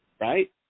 right